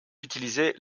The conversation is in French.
utiliser